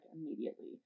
immediately